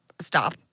Stop